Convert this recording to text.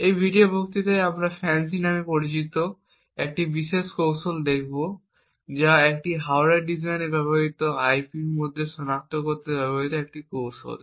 এই ভিডিও বক্তৃতায় আমরা FANCI নামে পরিচিত একটি বিশেষ কৌশল দেখব যা একটি হার্ডওয়্যার ডিজাইনে ব্যবহৃত আইপি এর মধ্যে অবস্থানগুলি সনাক্ত করতে ব্যবহৃত একটি কৌশল